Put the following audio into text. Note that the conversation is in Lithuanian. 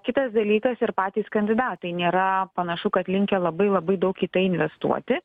kitas dalykas ir patys kandidatai nėra panašu kad linkę labai labai daug į tai investuoti